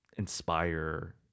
inspire